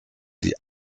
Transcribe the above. die